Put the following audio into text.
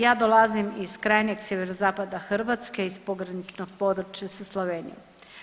Ja dolazim iz krajnjeg sjeverozapada Hrvatske, iz pograničnog područja sa Slovenijom.